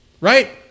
Right